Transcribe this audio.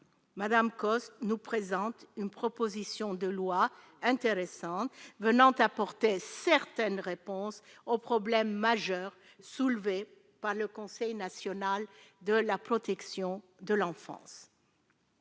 Madame Cosse nous présente une proposition de loi intéressante venant apporter certaines réponses aux problèmes majeurs soulevés par le Conseil national de la protection de l'enfance.